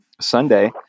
sunday